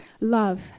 love